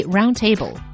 Roundtable